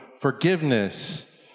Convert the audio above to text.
forgiveness